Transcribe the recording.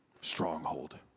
stronghold